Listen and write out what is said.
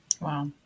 Wow